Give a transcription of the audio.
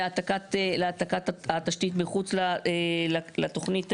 להעתקת התשתית מחוץ לתוכנית,